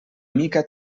mica